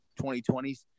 2020s